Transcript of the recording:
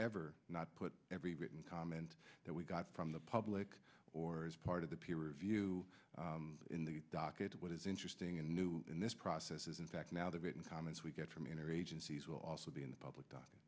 ever not put every written comment that we got from the public or as part of the peer review in the docket what is interesting and new in this process is in fact now the written comments we get from the inner agencies will also be in the public